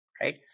right